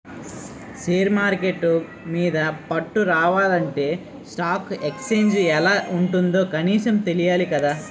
share market మీద పట్టు రావాలంటే స్టాక్ ఎక్సేంజ్ ఎలా ఉంటుందో కనీసం తెలియాలి కదా